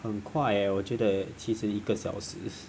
很快 eh 我觉得其实一个小时